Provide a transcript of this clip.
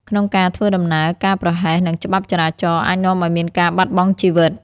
ក្នុងការធ្វើដំណើរ ការប្រហែសនឹងច្បាប់ចរាចរណ៍អាចនាំឱ្យមានការបាត់បង់ជីវិត។